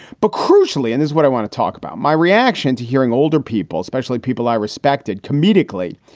but crucially and is what i want to talk about, my reaction to hearing older people, especially people i respected comedically,